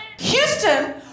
Houston